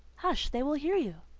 hush! they will hear you.